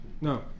No